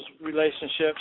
relationships